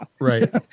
Right